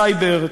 סייבר,